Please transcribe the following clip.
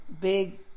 big